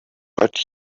but